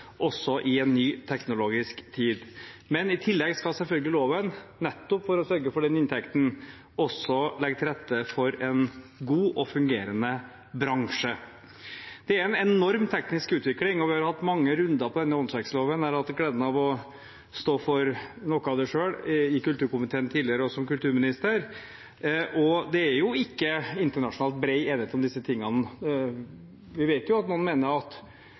også i en ny teknologisk tid. Men i tillegg skal selvfølgelig loven legge til rette for en god og fungerende bransje, nettopp for å sørge for den inntekten. Det er en enorm teknisk utvikling, og vi har hatt mange runder med denne åndsverkloven. Jeg har hatt gleden av å stå for noe av det selv, i kulturkomiteen tidligere og som kulturminister. Det er jo ikke bred enighet om disse tingene internasjonalt. Vi vet at noen mener at